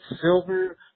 silver